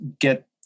get